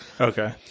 Okay